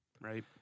Right